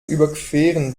überqueren